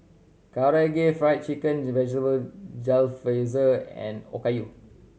Karaage Fried Chicken Vegetable Jalfrezi and Okayu